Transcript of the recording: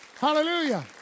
Hallelujah